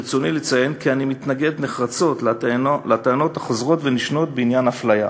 ברצוני לציין כי אני מתנגד נחרצות לטענות החוזרות ונשנות בעניין אפליה.